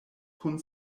kun